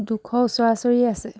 দুশ ওচৰা ওচৰি আছে